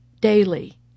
daily